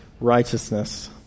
righteousness